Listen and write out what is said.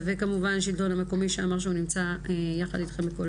וכמובן השלטון המקומי שאמר שהוא נמצא יחד אתכם בכל